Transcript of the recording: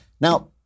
Now